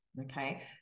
Okay